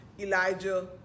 Elijah